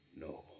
No